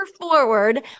forward